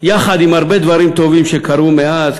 יחד עם הרבה דברים טובים שקרו מאז,